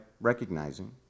recognizing